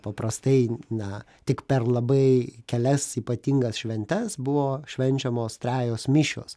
paprastai na tik per labai kelias ypatingas šventes buvo švenčiamos trejos mišios